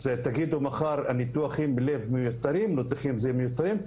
מחר תגידו שניתוחי לב או ניתוחים אחרים הם מיותרים.